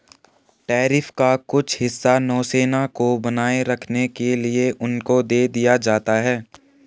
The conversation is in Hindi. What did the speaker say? टैरिफ का कुछ हिस्सा नौसेना को बनाए रखने के लिए उनको दे दिया जाता है